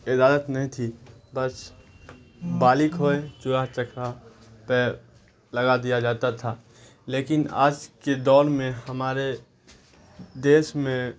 اجازت نہیں تھی بس بالغ ہوئے چولہا چکھا پہ لگا دیا جاتا تھا لیکن آج کے دور میں ہمارے دیش میں